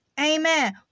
Amen